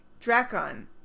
drakon